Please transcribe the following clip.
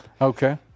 Okay